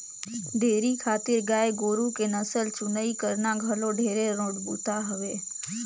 dairy खातिर गाय गोरु के नसल चुनई करना घलो ढेरे रोंट बूता हवे